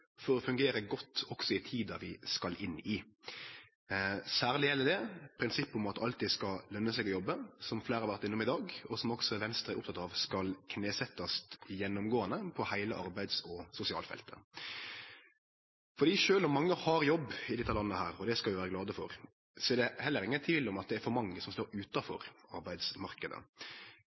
for å fungere godt også i tida vi skal inn i. Særleg gjeld det prinsippet om at det alltid skal lønne seg å jobbe, som fleire har vore innom i dag, og som også Venstre er oppteke av at skal knesetjast gjennomgåande på heile arbeids- og sosialfeltet. Sjølv om mange har jobb i dette landet – og det skal vi vere glade for – er det heller ingen tvil om at det er for mange som står utanfor arbeidsmarknaden.